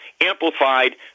amplified